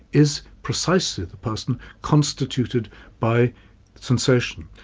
is precisely the person constituted by sensation.